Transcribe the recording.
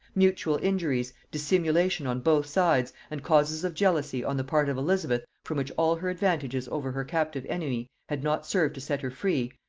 mutual injuries, dissimulation on both sides, and causes of jealousy on the part of elizabeth from which all her advantages over her captive enemy had not served to set her free,